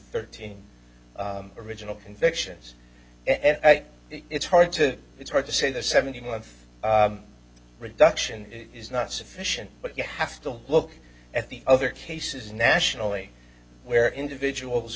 thirteen original convictions and it's hard to it's hard to say the seventeen month reduction is not sufficient but you have to look at the other cases nationally where individuals